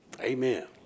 Amen